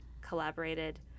collaborated